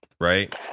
right